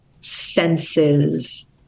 senses